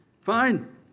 Fine